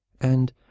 And